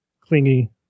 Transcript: clingy